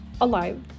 alive